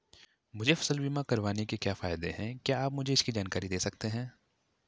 मुझे फसल बीमा करवाने के क्या फायदे हैं क्या आप मुझे इसकी जानकारी दें सकते हैं?